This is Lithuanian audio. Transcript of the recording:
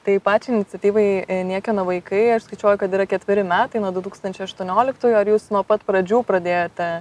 tai pačią iniciatyvai niekieno vaikai aš skaičiuoju kad yra ketveri metai nuo du tūkstančiai aštuonioliktųjų ar jūs nuo pat pradžių pradėjote